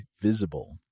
Visible